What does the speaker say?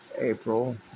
April